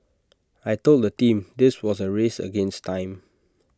I Told the team this was A race against time